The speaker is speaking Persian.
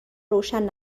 روشن